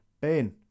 Ben